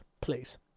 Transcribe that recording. Please